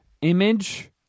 image